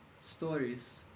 stories